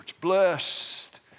Blessed